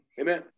Amen